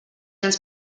ens